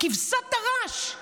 כבשת הרש.